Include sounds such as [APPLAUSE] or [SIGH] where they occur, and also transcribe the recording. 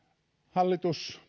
hallitus [UNINTELLIGIBLE]